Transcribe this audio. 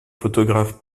photographes